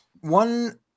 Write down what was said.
One